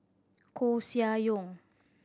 Koeh Sia Yong